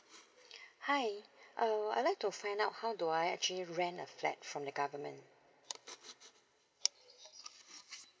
hi uh I like to find out how do I actually rent a flat from the government